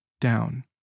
down